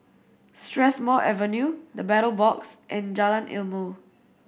Strathmore Avenue The Battle Box and Jalan Ilmu